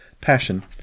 passion